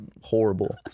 horrible